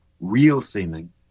real-seeming